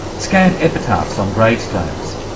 scant epitaphs on gravestones,